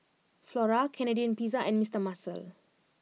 Flora Canadian Pizza and Mister Muscle